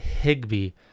Higby